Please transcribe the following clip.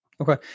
Okay